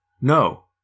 no